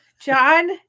John